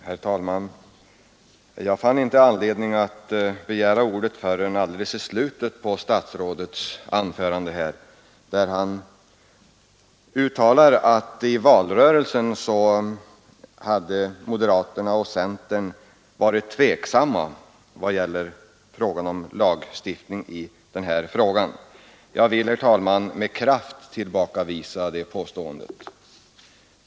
Herr talman! Jag fann inte anledning att begära ordet förrän alldeles i slutet av statsrådets anförande. Statsrådet Lidbom sade att i valrörelsen hade moderaterna och centern ställt sig tveksamma till lagstiftning i denna fråga. Jag vill, herr talman, med kraft tillbakavisa det påståendet för centerns del.